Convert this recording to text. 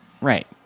Right